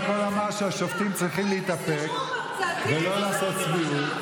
"ניתנת האמת להיאמר: לא חשבתי אז,